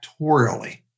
factorially